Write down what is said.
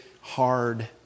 hard